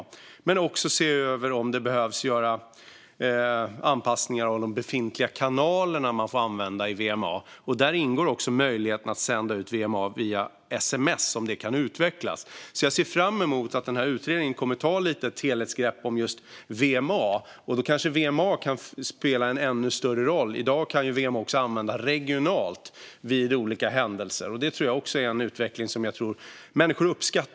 I detta ingår också att se över om det behöver göras anpassningar av de befintliga kanaler man får använda för VMA samt om möjligheten att sända ut VMA via sms kan utvecklas. Jag ser fram emot att denna utredning kommer att ta ett helhetsgrepp om just VMA, och då kanske VMA kan spela en ännu större roll. I dag kan VMA också användas regionalt vid olika händelser.